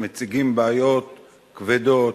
מציגים בעיות כבדות,